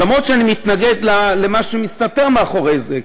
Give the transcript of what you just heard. למרות שאני מתנגד למה שמסתתר מאחורי זה,